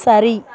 சரி